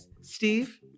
Steve